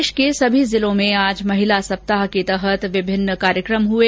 प्रदेश के सभी जिलों में आज महिला सप्ताह के सिलसिले में विभिन्न कार्यक्रम हुए